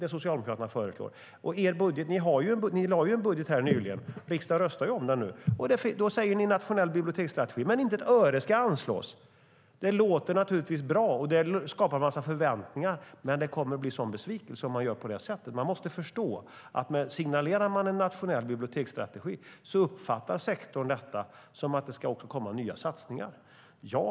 Det Socialdemokraterna föreslår är inte värt någonting. Ni lade ju nyligen fram en budget. Riksdagen röstar ju om den nu. Där säger ni att det ska bli en nationell biblioteksstrategi, men inte ett öre ska anslås. Det låter naturligtvis bra med en strategi, och det skapar en massa förväntningar, men det kommer att bli en stor besvikelse om man gör på det här sättet. Man måste förstå att om man signalerar en nationell biblioteksstrategi uppfattar sektorn detta som att det också ska komma nya satsningar.